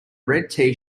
red